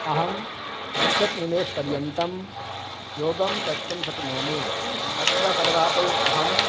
अहं त्रिंशत् निमेषपर्यन्तं योगं कर्तुं शक्नोमि तत्र सर्वादौ अहं